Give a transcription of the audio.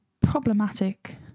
problematic